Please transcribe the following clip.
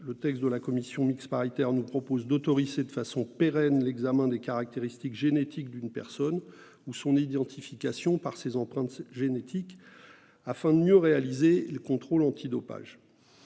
Le texte de la CMP nous propose d'autoriser de façon pérenne l'examen des caractéristiques génétiques d'une personne ou son identification par ses empreintes génétiques, afin d'améliorer les contrôles antidopage.